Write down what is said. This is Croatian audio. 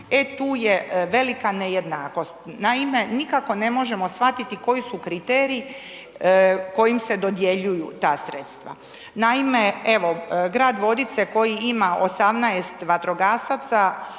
e tu je velika nejednakost. Naime, nikako ne možemo shvatiti koji su kriteriji kojima se dodjeljuju ta sredstva. Naime, evo grad Vodice koji ima 18 vatrogasaca,